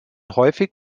häufig